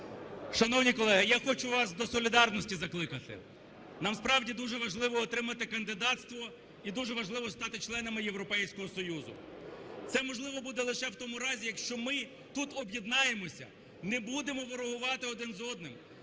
Шановні колеги, я хочу вас до солідарності закликати. Нам справді дуже важливо отримати кандидатство і дуже важливо стати членом Європейського Союзу. Це можливо буде лише в тому разі, якщо ми тут об'єднаємося, не будемо ворогувати один з одним,